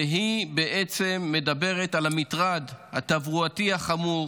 והיא בעצם מדברת על המטרד התברואתי החמור